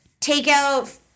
takeout